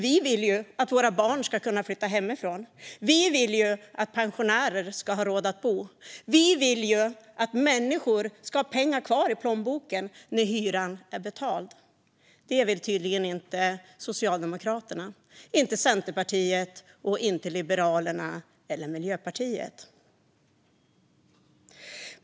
Vi vill ju att våra barn ska kunna flytta hemifrån. Vi vill att pensionärer ska ha råd att bo. Vi vill att människor ska ha pengar kvar i plånboken när hyran är betald. Det vill tydligen inte Socialdemokraterna, inte heller Centerpartiet, Liberalerna eller Miljöpartiet.